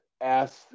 ask